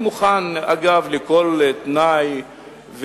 אני מוכן לכל תנאי,